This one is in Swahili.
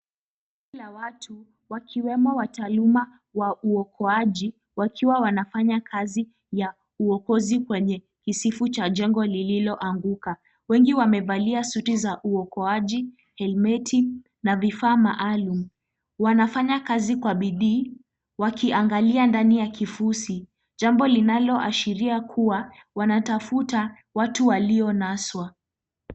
Kundi la watu wakiwe wa taaluma wa uokoaji wakiwa wanafanya kazi kwenye uokozi kwenye kisifu cha jengo lililoanguka. Wengi wamevalia suti za uokoaj, helmeti na vifaa maalum. Wanafanya kazi kwa bidii wakiangalia ndani ya kifushi. Jambo linaloashiria kuwa wanatafuta watu walionaswa.